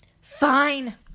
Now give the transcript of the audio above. Fine